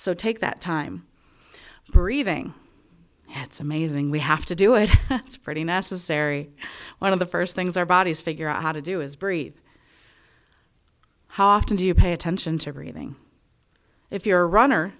so take that time breathing it's amazing we have to do it it's pretty necessary one of the first things our bodies figure out how to do is breathe how often do you pay attention to everything if you're a runner